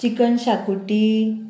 chicken शाकुटी